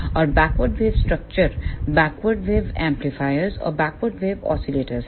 और backward wave structure backward wave amplifiers और backward wave oscillators हैं